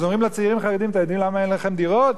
אז אומרים לצעירים החרדים: אתם יודעים למה אין לכם דירות?